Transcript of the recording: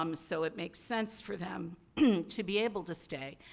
um so, it makes sense for them to be able to stay.